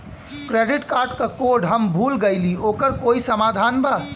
Credit card क code हम भूल गइली ओकर कोई समाधान बा?